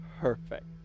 Perfect